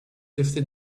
fifty